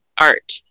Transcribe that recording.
art